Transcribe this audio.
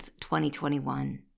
2021